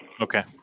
Okay